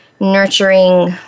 nurturing